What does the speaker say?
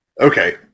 Okay